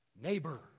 Neighbor